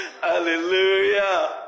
Hallelujah